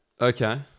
Okay